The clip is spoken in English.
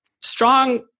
strong